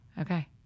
Okay